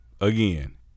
again